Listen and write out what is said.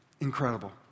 Incredible